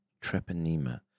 treponema